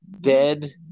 dead